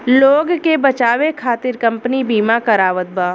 लोग के बचावे खतिर कम्पनी बिमा करावत बा